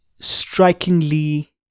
strikingly